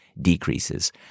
decreases